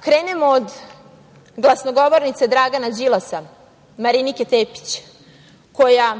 krenemo od glasnogovornice Dragana Đilasa Marinike Tepić, koja,